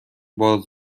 باز